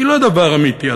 היא לא דבר אמיתי.